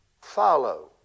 follow